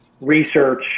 research